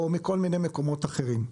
או מכל מיני מקומות אחרים.